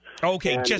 Okay